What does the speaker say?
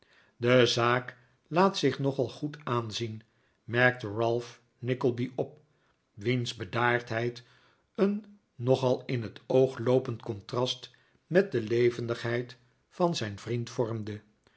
de zaak laat zich nogal goed aanzien merkte ralph nickleby op wiens bedaardheid een nogal in het oog loopend contrast met de levendigheid van zijn vriend vormde